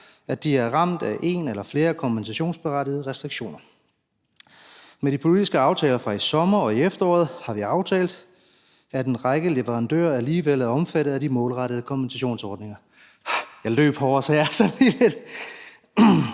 at de er ramt af en eller flere kompensationsberettigede restriktioner. Med de politiske aftaler fra i sommer og efteråret har vi aftalt, at en række leverandører alligevel er omfattet af de målrettede kompensationsordninger ... Jeg løb herover, så jeg er